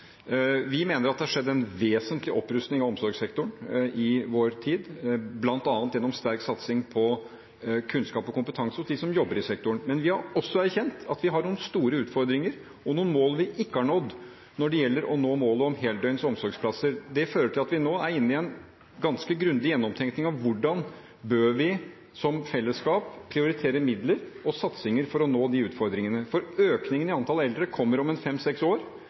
Vi mener at det har skjedd en vesentlig opprusting av omsorgssektoren i vår tid, bl.a. gjennom sterk satsing på kunnskap og kompetanse hos dem som jobber i sektoren. Men vi har også erkjent at vi har noen store utfordringer og noen mål vi ikke har nådd når det gjelder heldøgns omsorgsplasser. Det har ført til at vi nå er inne i en ganske grundig gjennomtenkning av hvordan vi som fellesskap bør prioritere midler og satsinger for å møte disse utfordringene. Økningen i antall eldre kommer om fem–seks år.